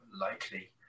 likely